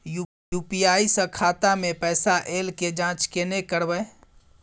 UPI स खाता मे पैसा ऐल के जाँच केने करबै?